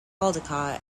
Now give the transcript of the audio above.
caldecott